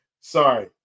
Sorry